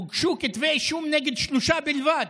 הוגשו כתבי אישום נגד שלושה בלבד,